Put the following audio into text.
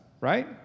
right